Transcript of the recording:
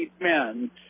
men